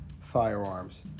firearms